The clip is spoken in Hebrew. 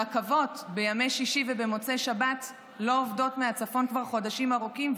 הרכבות בימי שישי ובמוצאי שבת לא עובדות מהצפון כבר חודשים ארוכים,